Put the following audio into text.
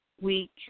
week